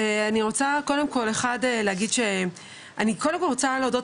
אני רוצה קודם כל אחד להגיד שאני קודם כל רוצה להודות